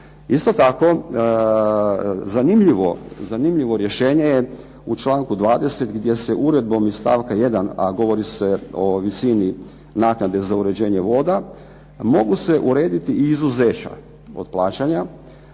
Isto tako, zanimljivo rješenje je u članku 20. gdje se uredbom iz stavka 1. a govori se o visini naknade za uređenje voda, mogu se urediti i izuzećem od plaćanja,